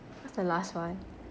what's the last [one]